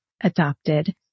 adopted